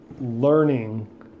learning